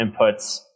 inputs